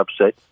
upset